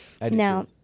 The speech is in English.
Now